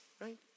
right